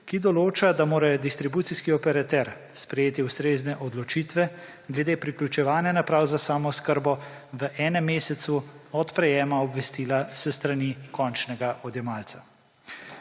ki določa, da morajo distribucijski operater sprejeti ustrezne odločitve glede priključevanja naprav za samooskrbo v enem mesecu od prejema obvestila s strani končnega odjemalca.